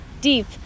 deep